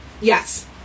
yes